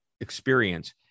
experience